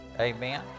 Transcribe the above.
Amen